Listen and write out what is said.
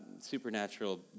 supernatural